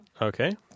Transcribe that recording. Okay